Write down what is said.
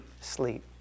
sleep